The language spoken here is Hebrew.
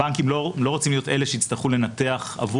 הבנקים לא רוצים להיות אלה שיצטרכו לנתח עבור